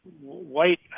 white